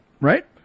right